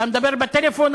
אתה מדבר בטלפון,